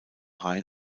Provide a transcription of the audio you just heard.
rein